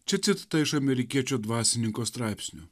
čia citata iš amerikiečio dvasininko straipsnio